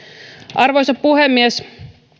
arvoisa puhemies